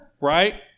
Right